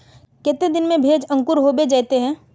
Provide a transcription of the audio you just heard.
केते दिन में भेज अंकूर होबे जयते है?